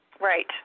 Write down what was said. right